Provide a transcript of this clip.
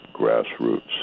grassroots